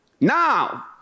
Now